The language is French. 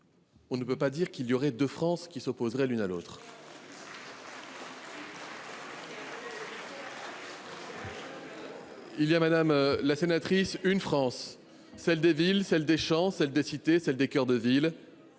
on ne peut pas dire qu’il y aurait deux France qui s’opposeraient l’une à l’autre. Il y a, madame la sénatrice, une France : celle des villes, celle des champs, celle des cités, celle des cœurs de ville